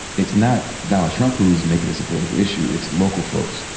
it's not donald trump who's making this a political issue. it's local folks.